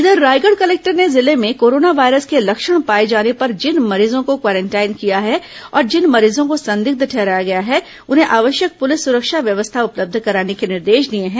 इधर रायगढ़ कलेक्टर ने जिले में कोरोना वायरस के लक्षण पाए जाने पर जिन मरीजों को क्वारेंटाइन किया है और जिन मरीजों को संदिग्ध ठहराया गया है उन्हें आवश्यक पुलिस सुरक्षा व्यवस्था उपलब्ध कराने के निर्देश दिए हैं